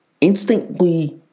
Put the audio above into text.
instantly